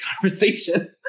conversation